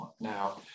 now